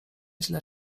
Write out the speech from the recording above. źle